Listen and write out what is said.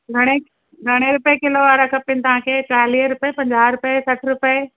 घणे घणे रुपिए किलो वारा खपनि तव्हांखे चालीह रुपए पंजाह रुपए सठ रुपए